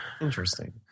Interesting